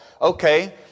Okay